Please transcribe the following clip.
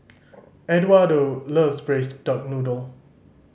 Edwardo loves Braised Duck Noodle